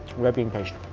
red bean paste.